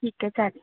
ठीक आहे चालेल